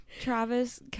Travis